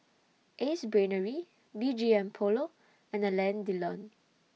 Ace Brainery B G M Polo and Alain Delon